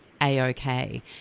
A-OK